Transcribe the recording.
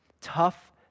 Tough